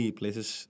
places